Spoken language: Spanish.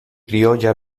criolla